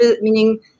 meaning